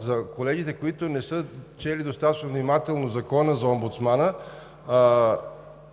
За колегите, които не са чели достатъчно внимателно Закона за омбудсмана